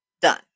Done